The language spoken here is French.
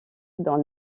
dans